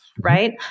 right